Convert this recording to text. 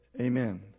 Amen